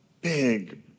big